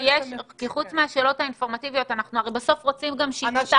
חוץ מהשאלות האינפורמטיביות אנחנו רוצים שכל הענף ייפתח בסוף.